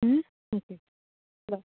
okay bye